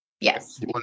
Yes